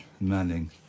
Manning